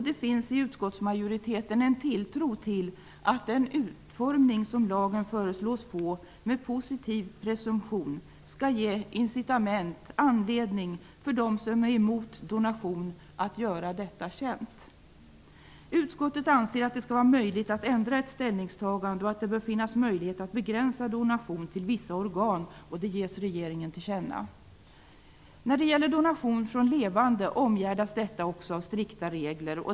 Det finns i utskottsmajoriteten en tilltro till att den utformning som lagen förslås få med positiv presumtion skall ge incitament, anledning, för dem som är emot donation att göra detta känt. Utskottet anser att det skall vara möjligt att ändra ett ställningstagande och att det bör finnas möjlighet att begränsa donation till vissa organ. Det ges regeringen till känna. Också donation från levande omgärdas av strikta regler.